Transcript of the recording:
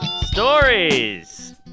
Stories